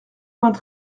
vingt